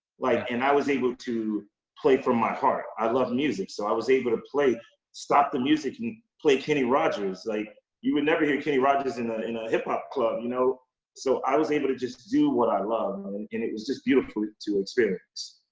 like, and i was able to play from my heart. i love music, so i was able to play stop the music and play kenny rogers. like you would never hear kenny rogers in ah in a hip-hop club. you know so i was able to just do what i love, and it was beautiful to experience.